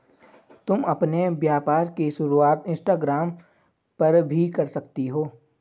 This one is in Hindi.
तुम अपने व्यापार की शुरुआत इंस्टाग्राम पर भी कर सकती हो